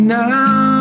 now